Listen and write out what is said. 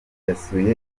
yasuye